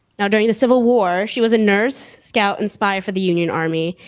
now during the civil war, she was a nurse scout and spy for the union army,